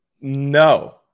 No